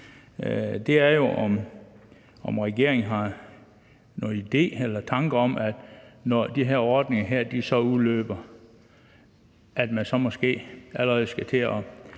vide, er jo, om regeringen har nogen idé eller tanker om, at man, når de her ordninger udløber, så måske allerede skal til at